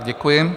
Děkuji.